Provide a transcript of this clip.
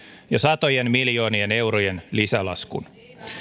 jo satojen miljoonien eurojen lisälaskun